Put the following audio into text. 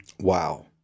Wow